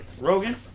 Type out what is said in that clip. Rogan